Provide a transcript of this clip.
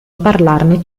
parlarne